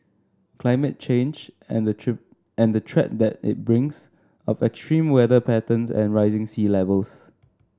climate change and the cheat and the threat that it brings of extreme weather patterns and rising sea Levels